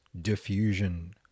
Diffusion